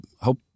hope